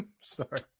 sorry